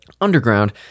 Underground